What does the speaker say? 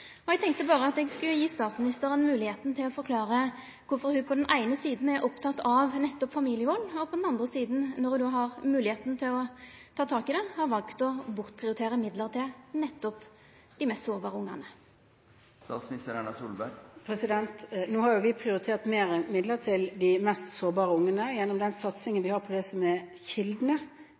Eg tenkte eg berre skulle gje statsministeren moglegheit til å forklara kvifor ho på den eine sida er oppteken av familievald, men på den andre sida, når ho har moglegheita til å ta tak i det, har valt å bortprioritera midlar til nettopp dei mest sårbare barna. Nå har jo vi prioritert mer midler til de mest sårbare barna gjennom den satsingen vi har på det som er